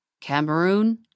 Cameroon